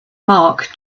mark